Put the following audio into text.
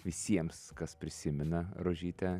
visiems kas prisimena rožytę